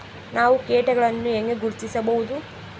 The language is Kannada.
ನಾವು ಕೇಟಗಳನ್ನು ಹೆಂಗ ಗುರ್ತಿಸಬಹುದು?